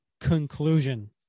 conclusion